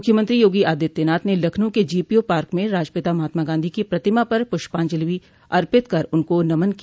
मुख्यमंत्री योगी आदित्यनाथ ने लखनऊ के जीपीओ पार्क में राष्ट्रपिता महात्मा गांधी की प्रतिमा पर पुष्पाजंलि अर्पित कर उनको नमन किया